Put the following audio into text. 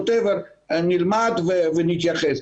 נלמד ונתייחס.